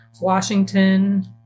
Washington